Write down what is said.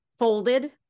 Folded